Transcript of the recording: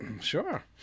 Sure